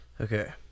Okay